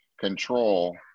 control